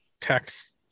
text